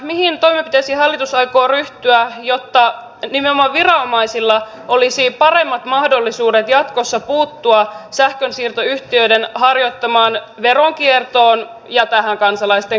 mihin toimenpiteisiin hallitus aikoo ryhtyä jotta nimenomaan viranomaisilla olisi paremmat mahdollisuudet jatkossa puuttua sähkönsiirtoyhtiöiden harjoittamaan veronkiertoon ja tähän kansalaisten kuppaamiseen